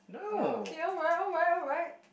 oh okay alright alright alright